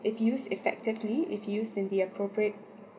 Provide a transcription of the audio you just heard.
if used effectively if used in the appropriate